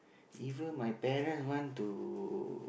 even my parent want to